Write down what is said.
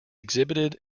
exhibited